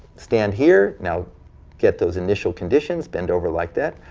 stand here, now get those initial conditions, bend over like that.